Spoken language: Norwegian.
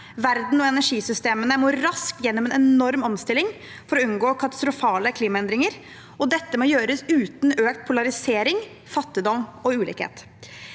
Verden og energisystemene må raskt gjennom en enorm omstilling for å unngå katastrofale klimaendringer, og dette må gjøres uten økt polarisering, fattigdom og ulikhet.